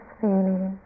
feeling